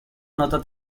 nota